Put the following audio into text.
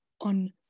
on